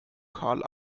karl